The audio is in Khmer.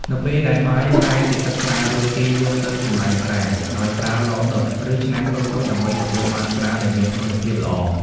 នៅពេលដែលបាយប្រែជាទឹកស្រារួច គេយកទៅ ចម្រាញ់ស្រា ដោយប្រើឡដុត ឬឆ្នាំងតូចៗដើម្បីទទួលបានស្រាដែលមានគុណភាពល្អ។